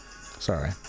Sorry